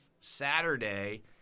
Saturday